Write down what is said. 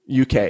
UK